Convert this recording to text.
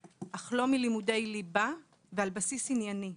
אך לא מלימודי ליבה ועל בסיס ענייני.